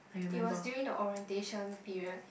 it was during the orientation period